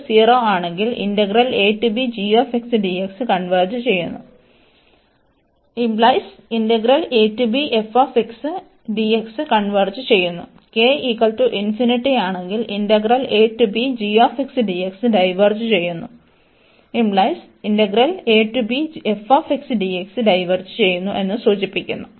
K0 ആണെങ്കിൽ kആണെങ്കിൽ എന്ന് സൂചിപ്പിക്കുന്നു